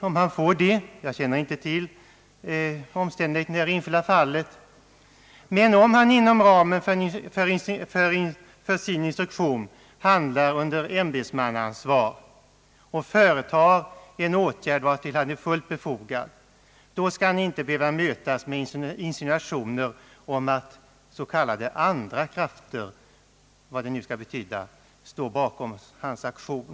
Jag känner dock inte till omständigheterna i det enskilda fallet, men om näringsfrihetsombudsmannen inom ramen för sin instruktion handlar under ämbetsmannaansvar och företar en åtgärd, som är fullt befogad, skall han inte behöva mötas med insinuationer om att »andra krafter» — vad det nu skall betyda — står bakom hans aktion.